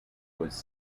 was